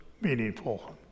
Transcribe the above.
meaningful